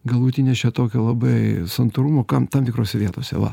galutinis čia tokio labai santūrumo kam tam tikrose vietose va